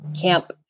camp